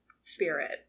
spirit